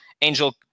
angel